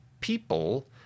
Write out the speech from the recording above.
people